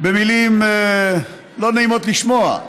במילים שלא נעים לשמוע,